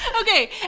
and okay.